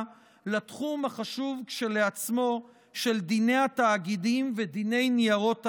לתחום החשוב כשלעצמו של דיני התאגידים ודיני ניירות הערך.